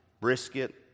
Brisket